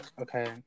Okay